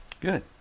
Good